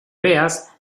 veas